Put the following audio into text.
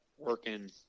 working